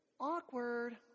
Awkward